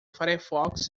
firefox